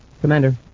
Commander